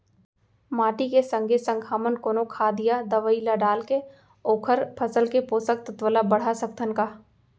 माटी के संगे संग हमन कोनो खाद या दवई ल डालके ओखर फसल के पोषकतत्त्व ल बढ़ा सकथन का?